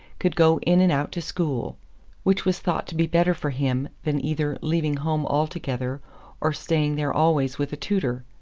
could go in and out to school which was thought to be better for him than either leaving home altogether or staying there always with a tutor.